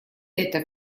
это